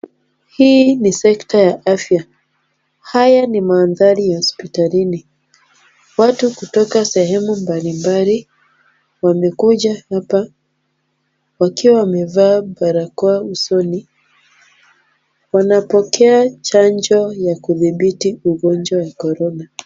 Hii ni sekta ya afya. Haya ni mandhari ya hospitalini. Watu kutoka sehemu mbalimbali wamekuja hapa wakiwa wamevaa barakoa usoni. Wanampokea chanjo ya kudhibiti ugonjwa ya Corona.